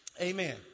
Amen